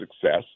success